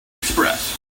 express